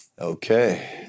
okay